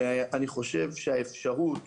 אני חושב שהאפשרות